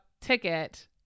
ticket